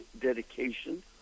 dedication